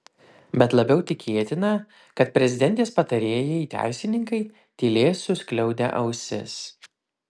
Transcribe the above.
bet labiau tikėtina kad prezidentės patarėjai teisininkai tylės suskliaudę ausis